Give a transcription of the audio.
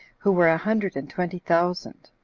who were a hundred and twenty thousand.